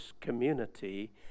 community